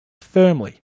firmly